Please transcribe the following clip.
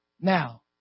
now